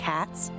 Cats